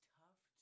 tough